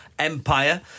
Empire